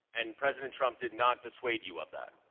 and president trump did not dissuade you of that?